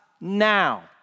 now